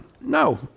No